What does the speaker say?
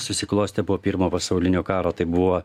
susiklostė po pirmo pasaulinio karo tai buvo